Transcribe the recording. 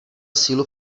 sílu